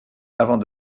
avant